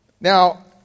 Now